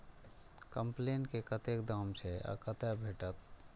कम्पेन के कतेक दाम छै आ कतय भेटत?